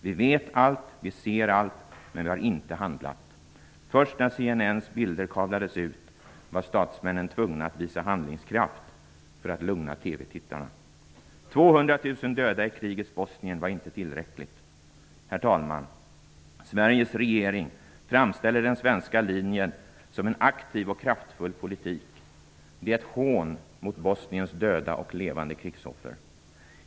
Vi vet allt, vi ser allt, men vi har inte handlat. Först när CNN:s bilder kablades ut var statsmännen tvungna att visa handlingskraft för att lugna TV-tittarna. 200 000 döda i krigets Bosnien var inte tillräckligt. Herr talman! Sveriges regering framställer den svenska linjen som en aktiv och kraftfull politik. Det är ett hån mot Bosniens döda och levande krigsoffer.